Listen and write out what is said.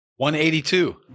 182